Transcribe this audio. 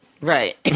Right